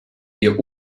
ihr